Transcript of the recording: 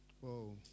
Whoa